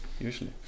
usually